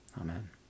Amen